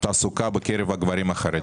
תעסוקה בקרב גברים חרדים?